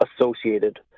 associated